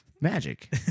Magic